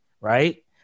right